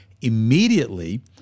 Immediately